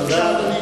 בבקשה, אדוני.